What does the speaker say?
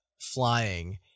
flying